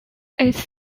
its